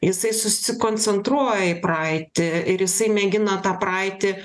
jisai susikoncentruoja į praeitį ir jisai mėgina tą praeitį